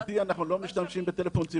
גברתי, אנחנו לא משתמשים בטלפון ציבורי.